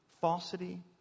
falsity